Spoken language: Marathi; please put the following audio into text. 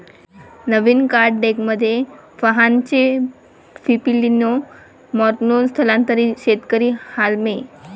नवीन कार्ड डेकमध्ये फाहानचे फिलिपिनो मानॉन्ग स्थलांतरित शेतकरी हार्लेम